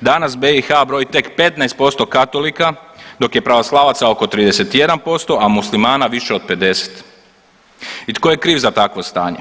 danas BiH broji tek 15% katolika, dok je pravoslavaca oko 31%, a muslimana više od 50 i tko je kriv za takvo stanje?